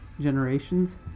Generations